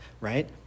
right